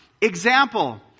example